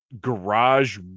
garage